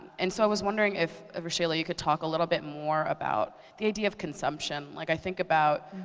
and so i was wondering if, rashayla, you could talk a little bit more about the idea of consumption. like i think about